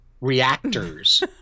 reactors